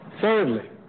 Thirdly